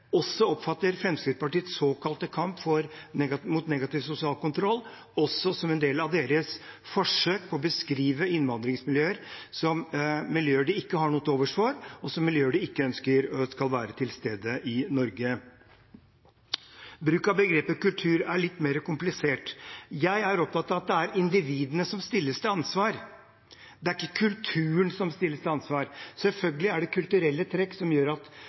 også oppfatter Fremskrittspartiets såkalte kamp mot negativ sosial kontroll også som en del av deres forsøk på å beskrive innvandringsmiljøer som miljøer de ikke har noe til overs for, og som miljøer de ikke ønsker skal være til stede i Norge. Bruken av begrepet kultur er litt mer komplisert. Jeg er opptatt av at det er individene som stilles til ansvar, det er ikke kulturen som stilles til ansvar. Selvfølgelig er det kulturelle trekk som gjør at